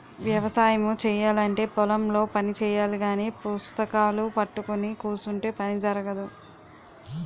వ్యవసాయము చేయాలంటే పొలం లో పని చెయ్యాలగాని పుస్తకాలూ పట్టుకొని కుసుంటే పని జరగదు